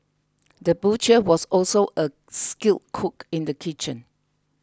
the butcher was also a skilled cook in the kitchen